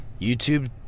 youtube